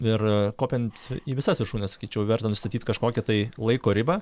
ir kopiant į visas viršūnes sakyčiau verta nustatyt kažkokią tai laiko ribą